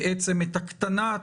בעצם, את הקטנת